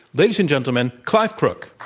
ladies and gentlemen, clive crook.